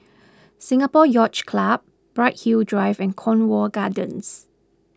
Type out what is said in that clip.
Singapore Yacht Club Bright Hill Drive and Cornwall Gardens